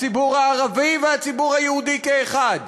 הציבור הערבי והציבור היהודי כאחד.